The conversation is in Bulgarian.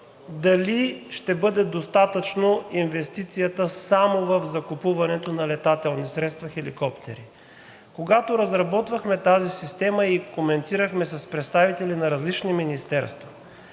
дали ще бъде достатъчно инвестицията само в закупуването на летателни средства – хеликоптери. Когато разработвахме тази система и коментирахме с представители на различни министерства,